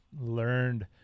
learned